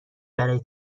برای